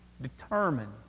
determined